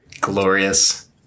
Glorious